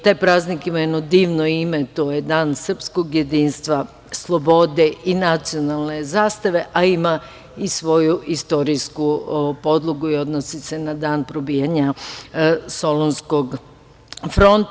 Taj praznik ima jedno divno ime, to je Dan srpskog jedinstva, slobode i nacionalne zastave, a ima i svoju istorijsku podlogu i odnosi se na dan probijanja Solunskog fronta.